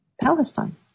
Palestine